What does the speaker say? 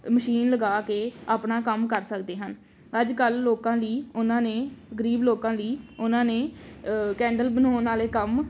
machine ਲਗਾ ਕੇ ਆਪਣਾ ਕੰਮ ਕਰ ਸਕਦੇ ਹਨ ਅੱਜ ਕੱਲ੍ਹ ਲੋਕਾਂ ਲਈ ਉਹਨਾਂ ਨੇ ਗਰੀਬ ਲੋਕਾਂ ਲਈ ਉਹਨਾਂ ਨੇ ਕੈਂਡਲ ਬਣਾਉਣ ਵਾਲੇ ਕੰਮ